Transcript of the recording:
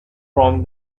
from